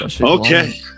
Okay